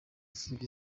city